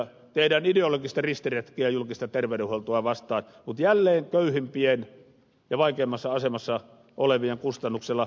tehdään ideologista ristiretkeä julkista terveydenhuoltoa vastaan mutta jälleen köyhimpien ja vaikeimmassa asemassa olevien kustannuksella